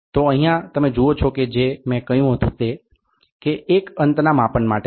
તો અહીંયા તમે જુઓ છો કે જે મેં કહ્યું હતું કે તે એક અંતના માપન માટે છે